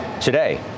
today